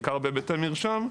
בעיקר בהיבטי מרשם,